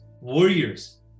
warriors